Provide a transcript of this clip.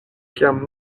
kiam